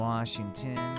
Washington